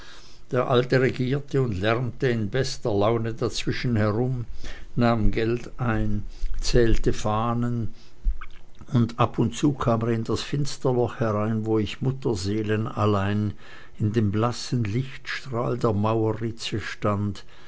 der alte regierte und lärmte in bester laune dazwischen herum nahm geld ein zählte fahnen und ab und zu kam er in das finsterloch herein wo ich mutterseelenallein in dem blassen lichtstrahl der mauerritze stand